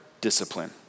discipline